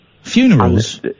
Funerals